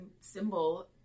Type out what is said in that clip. symbol